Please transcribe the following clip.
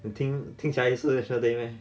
你听听起来是 national day meh